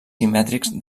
simètrics